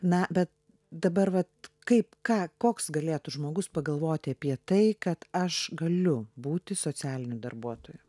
na bet dabar vat kaip ką koks galėtų žmogus pagalvoti apie tai kad aš galiu būti socialiniu darbuotoju